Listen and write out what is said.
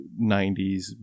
90s